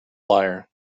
liar